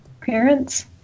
parents